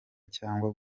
cyangwa